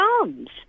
arms